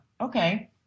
Okay